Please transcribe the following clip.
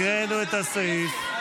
הקראנו את הסעיף.